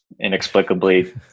inexplicably